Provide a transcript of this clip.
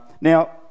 Now